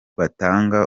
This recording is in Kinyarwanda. batanga